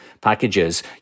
packages